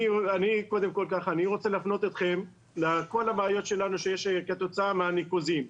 אני רוצה להפנות אתכם לכל הבעיות שיש לנו בגלל הניקוזים.